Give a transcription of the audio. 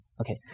Okay